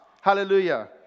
Hallelujah